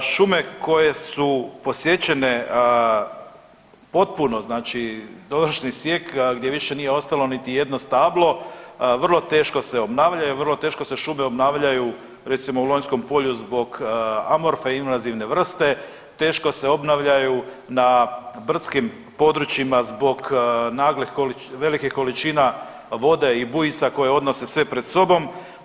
Šume koje su posjećene potpuno znači dovršni sijek gdje više nije ostalo niti jedno stablo vrlo teško se obnavljaju, vrlo teško se šume obnavljaju recimo u Lonjskom polju Amorfa invazivne vrste, teško se obnavljaju na brdskim područjima zbog nagle, velikih količina vode i bujica koje odnose sve pred sobom.